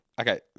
Okay